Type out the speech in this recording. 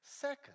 Second